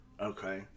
Okay